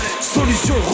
Solution